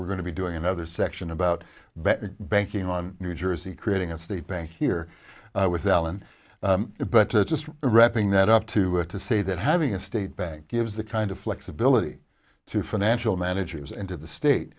we're going to be doing another section about betting banking on new jersey creating a state bank here with alan but to just wrapping that up to it to say that having a state bank gives the kind of flexibility to financial managers into the state